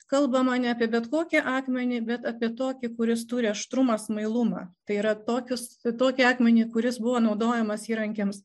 kalbama ne apie bet kokį akmenį bet apie tokį kuris turi aštrumo smailuma tai yra tokius tokį akmenį kuris buvo naudojamas įrankiams